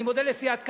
אני מודה לסיעת קדימה,